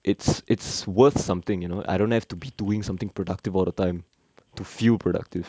it's it's worth something you know I don't have to be doing something productive all the time to feel productive